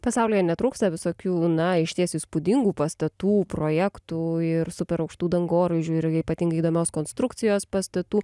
pasaulyje netrūksta visokių na išties įspūdingų pastatų projektų ir superaukštų dangoraižių ir ypatingai įdomios konstrukcijos pastatų